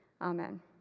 Amen